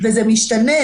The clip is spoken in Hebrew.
וזה משתנה,